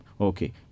Okay